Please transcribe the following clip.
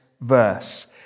verse